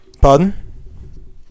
pardon